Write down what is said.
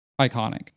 iconic